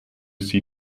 sie